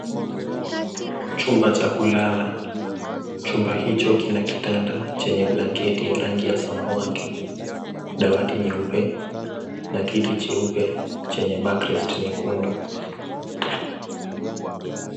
Chumba cha kulala, chenye kitanda kilicho na blanketi ya rangi ya samawati, dawati jeupe na kiti cheupe chenye backrest nyekundu.